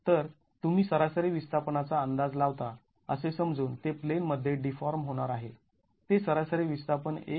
तर तुम्ही सरासरी विस्थापनाचा अंदाज लावता असे समजून ते प्लेनमध्ये डीफाॅर्म होणार आहे ते सरासरी विस्थापन १